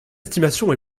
estimation